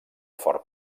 fort